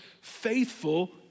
faithful